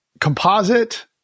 composite